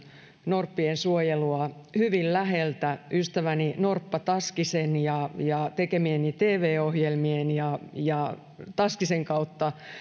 norppien suojelua hyvin läheltä ystäväni norppa taskisen tekemieni tv ohjelmien ja ja taskisen kautta